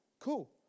cool